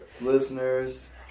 Listeners